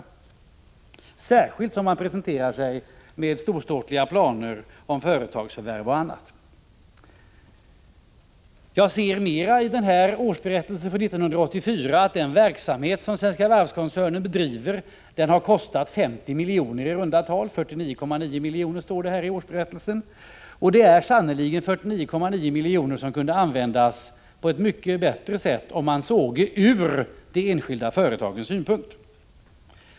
Det gäller särskilt som Svenska Varv presenterar sig med storståtliga planer på företagsförvärv och annat. I årsberättelsen för 1984 ser jag vidare att den verksamhet som Svenska Varv-koncernen bedriver har kostat i runda tal 50 milj.kr., 49,9 milj.kr. står det i årsberättelsen. Dessa 49,9 milj.kr. kunde sannerligen användas på ett mycket bättre sätt, om man såg det hela ur de enskilda företagens synpunkt.